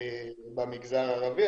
במגזר הערבי,